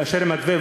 לאשר את המתווה,